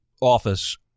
office